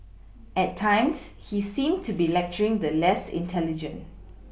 at times he seemed to be lecturing the less intelligent